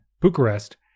Bucharest